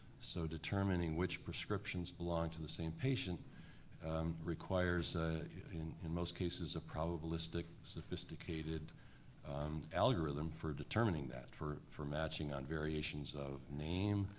so determining which prescriptions belong to the same patient requires ah in in most cases a probabilistic, sophisticated algorithm for determining that, for for matching on variations of name,